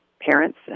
Parents